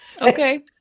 Okay